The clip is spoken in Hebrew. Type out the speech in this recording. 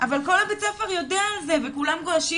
אבל כל הבית ספר יודע על זה וכולם גועשים